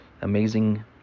amazing